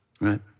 right